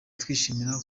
twishimira